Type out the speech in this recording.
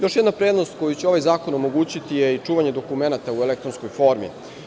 Još jedna prednost koju će ovaj zakon omogućiti je i čuvanje dokumenata u elektronskoj formi.